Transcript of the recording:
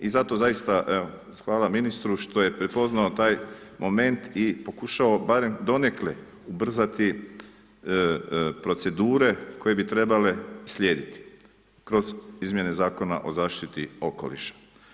I zato zaista, evo, hvala ministru što je prepoznao taj moment i pokušao barem donekle ubrzati procedure koje bi trebale slijediti kroz izmjene Zakona o zaštiti okoliša.